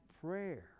prayer